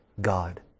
God